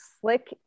slick